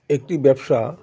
একটি ব্যবসা